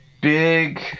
big